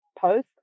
post